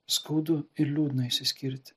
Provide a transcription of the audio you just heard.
skaudu ir liūdna išsiskirti